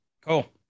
Cool